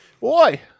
boy